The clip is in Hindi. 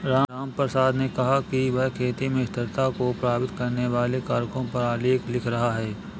रामप्रसाद ने कहा कि वह खेती में स्थिरता को प्रभावित करने वाले कारकों पर आलेख लिख रहा है